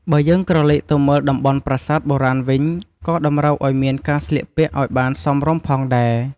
បើយើងក្រឡេកទៅមើលតំបន់ប្រាសាទបុរាណវិញក៏តម្រូវឲ្យមានកាស្លៀកពាក់ឲ្យបានសមរម្យផងដែរ។